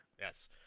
Yes